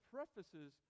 Prefaces